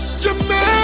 Jamaica